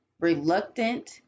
reluctant